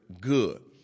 good